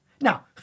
Now